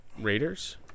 Raiders